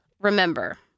remember